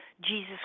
Jesus